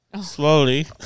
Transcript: slowly